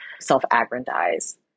self-aggrandize